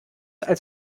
als